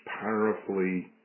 powerfully